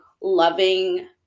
loving